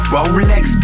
Rolex